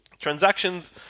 Transactions